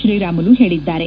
ಶ್ರೀರಾಮುಲು ಹೇಳದ್ದಾರೆ